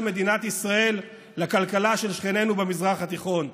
מדינת ישראל לכלכלה של שכנינו במזרח התיכון.